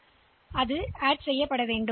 எனவே நாம் அதை சேர்க்க வேண்டும்